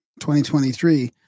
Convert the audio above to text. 2023